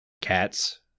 Cats